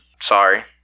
Sorry